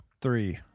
Three